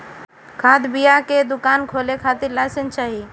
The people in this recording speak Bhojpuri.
खाद बिया के दुकान खोले के खातिर लाइसेंस चाही